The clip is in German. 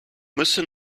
müsste